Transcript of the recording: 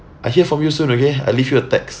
I'll hear from you soon okay I'll leave you a text